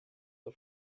der